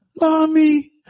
Mommy